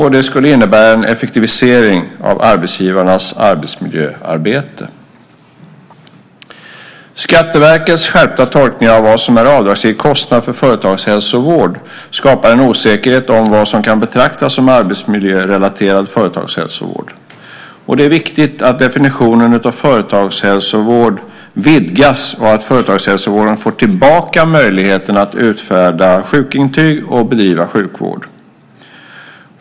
Detta skulle innebära en effektivisering av arbetsgivarnas arbetsmiljöarbete. Skatteverkets skärpta tolkning av vad som är avdragsgill kostnad för företagshälsovård skapar en osäkerhet om vad som kan betraktas som arbetsmiljörelaterad företagshälsovård. Det är viktigt att definitionen av företagshälsovård vidgas och att företagshälsovården får tillbaka möjligheten att utfärda sjukintyg och bedriva sjukvård.